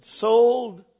sold